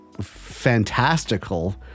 fantastical